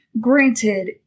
granted